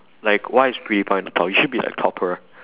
like why is pewdiepie on the top you should be like topper